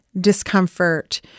discomfort